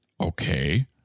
Okay